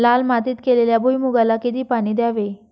लाल मातीत केलेल्या भुईमूगाला किती पाणी द्यावे?